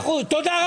מאה אחוז, תודה רבה.